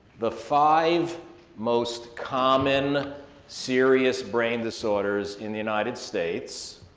the five most common serious brain disorders in the united states